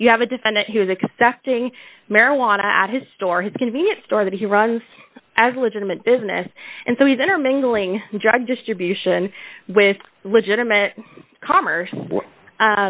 you have a defendant who is accepting marijuana at his store his convenience store that he runs as a legitimate business and so he's intermingling drug distribution with legitimate